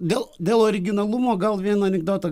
dėl dėl originalumo gal vieną anekdotą